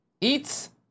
Eats